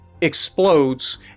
explodes